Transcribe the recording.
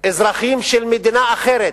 אזרחים של מדינה אחרת,